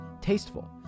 Tasteful